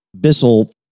Bissell